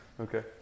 Okay